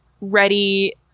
ready